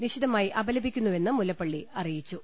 നിശിതമായി അപല്പിക്കുന്നുവെന്ന് മുല്ല പ്പള്ളി അറിയിച്ചു